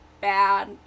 bad